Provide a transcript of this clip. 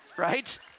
Right